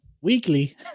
weekly